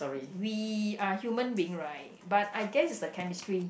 we are human being right but I guess is the chemistry